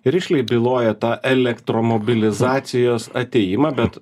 rišliai byloja tą elektromobilizacijos atėjimą bet